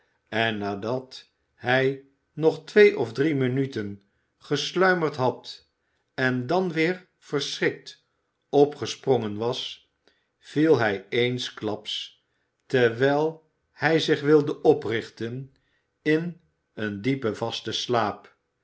en nadat hij nog twee of drie minuten gesluimerd had en dan weer verschrikt opgesprongen was viel hij eensklaps terwijl hij zich wilde oprichten in een diepen vasten slaap